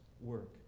work